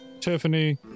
Tiffany